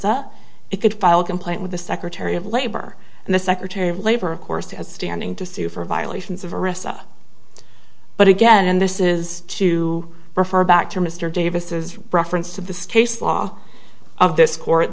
orissa it could file a complaint with the secretary of labor and the secretary of labor of course has standing to sue for violations of orissa but again this is to refer back to mr davis reference to this case law of this court